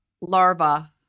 larva